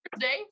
today